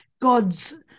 God's